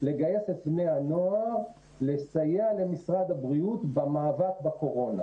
לגייס את בני הנוער לסייע למשרד הבריאות במאבק בקורונה.